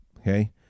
Okay